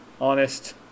honest